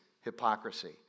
hypocrisy